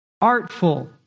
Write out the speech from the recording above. artful